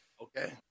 okay